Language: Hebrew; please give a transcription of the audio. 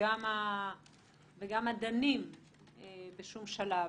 וגם הדנים בשום שלב?